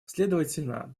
следовательно